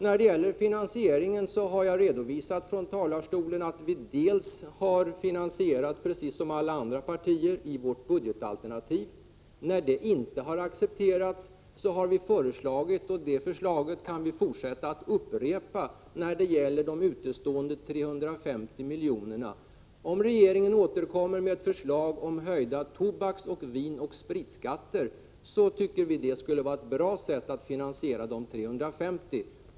När det gäller finansieringen har jag från talarstolen sagt att vi, precis som övriga partier, har redovisat finansieringen i vårt budgetalternativ. Då det inte har accepterats, har vi kommit med ett annat förslag. Det förslaget kan vi fortsätta att upprepa. Det gäller då de utestående 350 miljonerna. Regeringen återkommer kanske med ett förslag om höjda tobaks-, vinoch spritskatter, och jag tycker att det är ett bra sätt att finansiera de 350 miljoner kronorna.